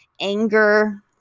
anger